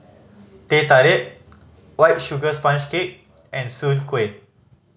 Teh Tarik White Sugar Sponge Cake and soon kway